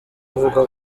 avuga